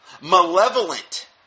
malevolent